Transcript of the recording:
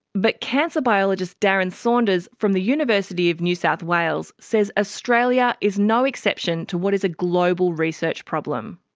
but cancer biologist darren saunders from the university of new south wales says australia is no exception to what is a global research problem.